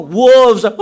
wolves